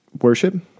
worship